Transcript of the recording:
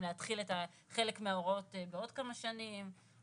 אם להתחיל חלק מההוראות כעוד כמה שנים.